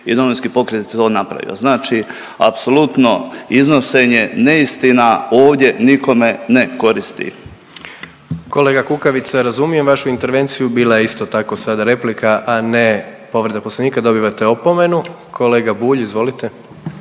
i Domovinski pokret je to napravio. Znači apsolutno iznošenje neistina ovdje nikome ne koristi. **Jandroković, Gordan (HDZ)** Kolega Kukavica razumijem vašu intervenciju, bila je isto tako sada replika, a ne povreda Poslovnika. Dobivate opomenu. Kolega Bulj, izvolite.